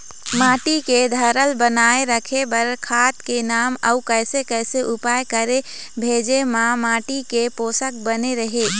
माटी के धारल बनाए रखे बार खाद के नाम अउ कैसे कैसे उपाय करें भेजे मा माटी के पोषक बने रहे?